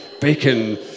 Bacon